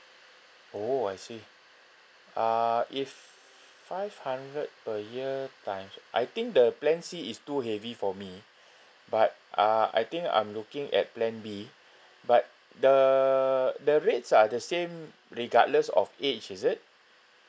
oh I see uh if five hundred per year time I think the plan C is too heavy for me but uh I think I'm looking at plan B but the rates are the same regardless of age is it